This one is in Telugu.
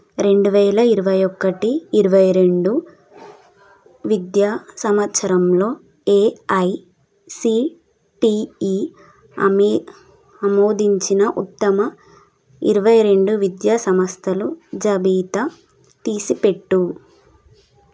రెండువేల ఇరవై ఒక్కటి ఇరవై రెండు విద్యా సంవత్సరంలో ఏఐసిటిఈ అమె ఆమోదించిన ఉత్తమ ఇరవై రెండు విద్యా సంస్థలు జాబితా తీసిపెట్టు